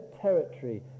territory